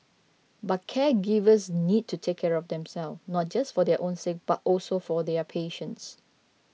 but caregivers need to take care of themselves not just for their own sake but also for their patients